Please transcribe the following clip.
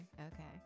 okay